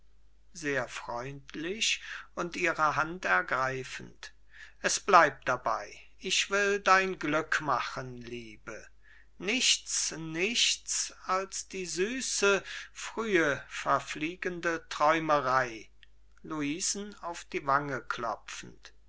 es bleibt dabei ich will dein glück machen liebe nichts nichts als die süße frühe verfliegende träumerei